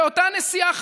ואותה נשיאה,